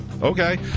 Okay